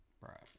Right